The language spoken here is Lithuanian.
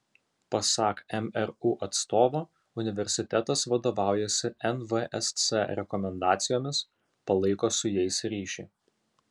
pasak mru atstovo universitetas vadovaujasi nvsc rekomendacijomis palaiko su jais ryšį